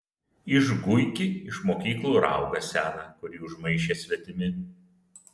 išguiki iš mokyklų raugą seną kurį užmaišė svetimi